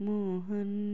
Mohan